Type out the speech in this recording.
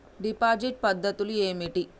Deposit పద్ధతులు ఏమిటి?